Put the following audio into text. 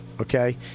Okay